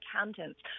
accountants